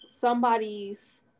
somebody's